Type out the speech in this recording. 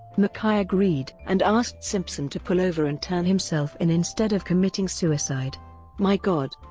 mckay agreed and asked simpson to pull over and turn himself in instead of committing suicide my god,